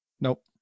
Nope